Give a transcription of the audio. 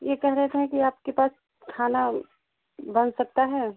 यह कह रहे थे है कि आपके पास खाना बन सकता है